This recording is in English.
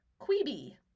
Queeby